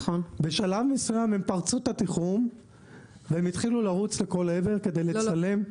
בשלב מסוים הם פרצו את התיחום והם התחילו לרוץ לכל עבר כדי לצלם.